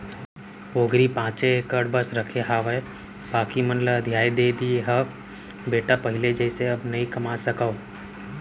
पोगरी पॉंचे एकड़ बस रखे हावव बाकी मन ल अधिया दे दिये हँव बेटा पहिली जइसे अब नइ कमा सकव